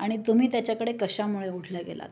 आणि तुम्ही त्याच्याकडे कशामुळे उठल्या गेलात